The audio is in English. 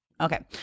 okay